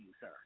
sir